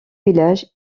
village